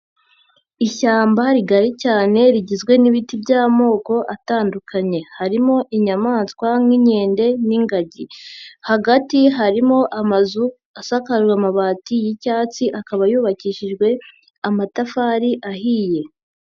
Ishyamba rigari cyane rigizwe n'ibiti by'amoko atandukanye, harimo inyamaswa nk'inkende n'ingagi, hagati harimo amazu asakajwe amabati y'icyatsi, akaba yubakishijwe amatafari ahiye.